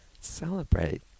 celebrate